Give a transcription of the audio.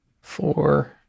four